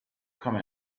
come